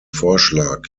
vorschlag